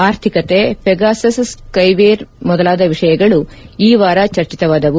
ಆರ್ಥಿಕತೆ Pegasus spyware ಮೊದಲಾದ ವಿಷಯಗಳು ಈ ವಾರ ಚರ್ಚಿತವಾದವು